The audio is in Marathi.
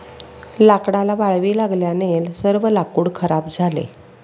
लाकडाला वाळवी लागल्याने सर्व लाकूड खराब झाले